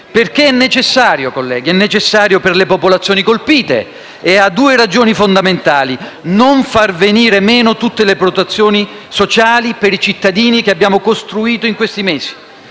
perché è necessario (e lo è per le popolazioni colpite) e ha due ragioni fondamentali: non far venire meno tutte le protezioni sociali per i cittadini che abbiamo costruito in questi mesi;